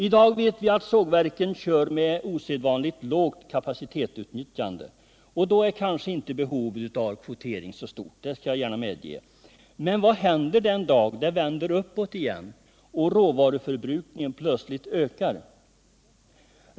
I dag vet vi att sågverken kör med ett osedvanligt lågt kapacitetsutnyttjande, och då är kanske inte behovet av kvotering så stort — det skall jag gärna medge. Men vad händer den dag det vänder uppåt igen och råvaruförbrukningen plötsligt ökar?